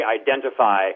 identify